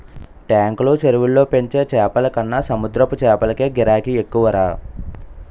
టాంకులు, చెరువుల్లో పెంచే చేపలకన్న సముద్రపు చేపలకే గిరాకీ ఎక్కువరా